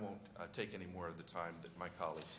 won't take any more of the time that my colle